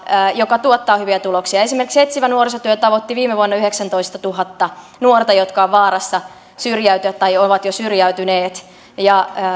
joka tuottaa hyviä tuloksia esimerkiksi etsivä nuorisotyö tavoitti viime vuonna yhdeksäntoistatuhatta nuorta jotka ovat vaarassa syrjäytyä tai ovat jo syrjäytyneet